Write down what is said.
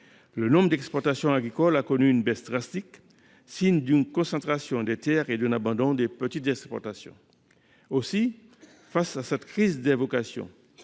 Le nombre d’exploitations agricoles a en outre connu une baisse drastique, signe d’une concentration des terres et d’un abandon des petites exploitations. Aussi, face à cette crise des vocations,